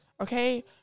Okay